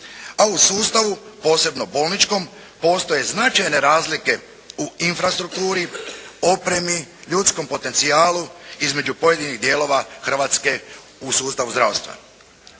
a u sustavu, posebno bolničkom postoje značajne razlike u infrastrukturi, opremi, ljudskom potencijalu između pojedinih dijelova Hrvatske u sustavu zdravstva.